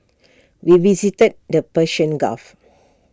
we visited the Persian gulf